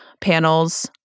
panels